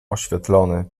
oświetlony